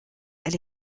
elle